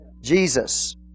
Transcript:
Jesus